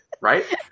right